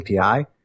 API